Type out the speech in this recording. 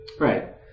Right